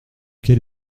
quel